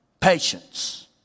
Patience